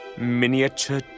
Miniature